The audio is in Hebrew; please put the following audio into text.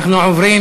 אנחנו עוברים